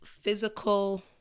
physical